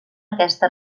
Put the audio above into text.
aquesta